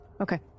Okay